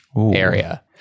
area